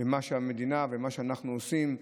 ומה המדינה ומה אנחנו עושים.